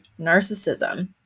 narcissism